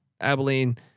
Abilene